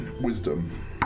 Wisdom